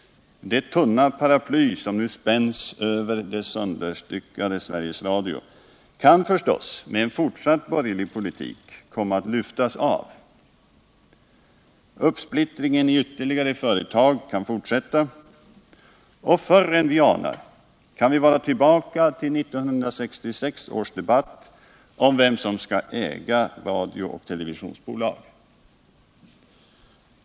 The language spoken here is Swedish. Det tunna paraply som nu spänns över det sönderstyckade Sveriges Radio kan förstås, med en fortsatt borgerlig politik, komma att lyftas av. Uppsplittringen i ytterligare företag kan fortsätta. Och förr än vi anar kan vi vara tillbaka till 1966 års debatt om vem som skall äga radiooch televisionsbolag.